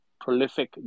prolific